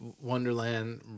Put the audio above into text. Wonderland